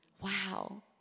Wow